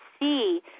see